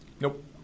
Nope